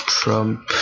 Trump